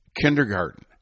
kindergarten